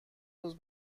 روز